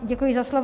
Děkuji za slovo.